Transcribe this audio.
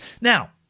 Now